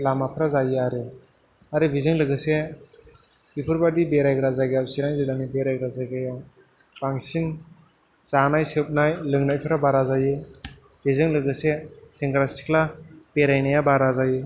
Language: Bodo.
लामाफ्रा जायो आरो आरो बिजों लोगोसे बेफोरबादि बेरायग्रा जायगायाव सिरां जिल्लानि बेरायग्रा जायगायाव बांसिन जानाय सोबनाय लोंनायफ्रा बारा जायो बेजों लोगोसे सेंग्रा सिख्ला बेरायनाया बारा जायो